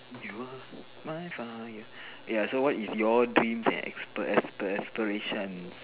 you are my fire ya so what is your dreams and aspir~ aspir~ aspirations